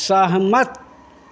सहमत